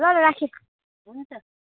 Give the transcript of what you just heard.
ल ल राखेँ हुन्छ